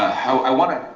how, i wanted,